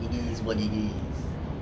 it is what it is